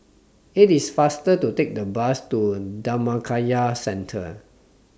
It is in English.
IT IS faster to Take The Bus to Dhammakaya Centre